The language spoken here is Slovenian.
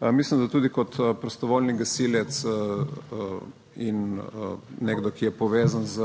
Mislim, da tudi kot prostovoljni gasilec in nekdo, ki je povezan s